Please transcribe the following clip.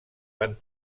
van